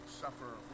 suffer